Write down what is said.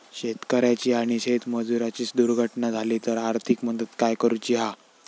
शेतकऱ्याची आणि शेतमजुराची दुर्घटना झाली तर आर्थिक मदत काय करूची हा?